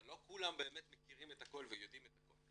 אבל לא כולם באמת מכירים את הכל ויודעים את הכל.